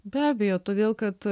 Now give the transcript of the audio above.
be abejo todėl kad